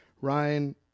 Ryan